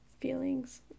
feelings